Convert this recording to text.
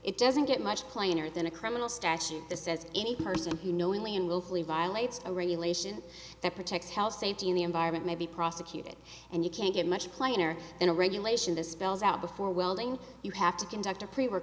it doesn't get much plainer than a criminal statute that says any person who knowingly and willfully violates a regulation that protects health safety in the environment may be prosecuted and you can't get much plainer than a regulation that spells out before welding you have to conduct a pre work